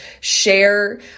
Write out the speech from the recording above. share